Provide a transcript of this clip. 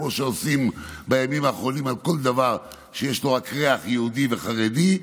כמו שעושים בימים האחרונים על כל דבר שיש לו רק ריח יהודי וחרדי,